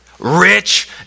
Rich